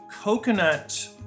coconut